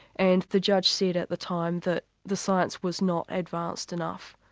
and the judge said at the time that the science was not advanced enough.